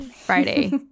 Friday